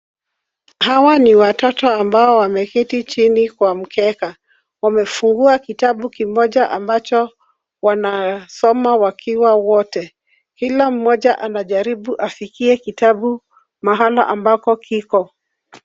Hawa ni watoto ambao wameketi chini kwa mkeka. Wamefungua kitabu kimoja ambacho wanasoma wakiwa wote. Kila mmoja anajaribu afikie kitabu mahala ambapo kiko.